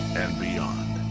and beyond.